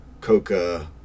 coca